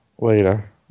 Later